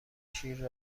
شیر